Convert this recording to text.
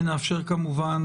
ונאפשר כמובן,